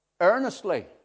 earnestly